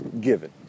given